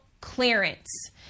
clearance